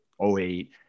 08